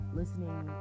listening